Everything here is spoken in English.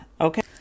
Okay